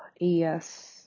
yes